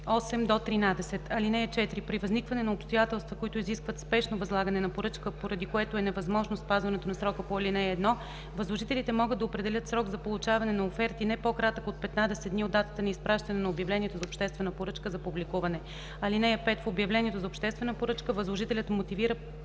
8 - 13. (4) При възникване на обстоятелства, които изискват спешно възлагане на поръчка, поради което е невъзможно спазването на срока по ал. 1, възложителите могат да определят срок за получаване на оферти, не по-кратък от 15 дни от датата на изпращане на обявлението за обществена поръчка за публикуване. (5) В обявлението за обществена поръчка възложителят мотивира